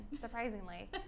surprisingly